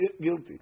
guilty